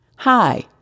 Hi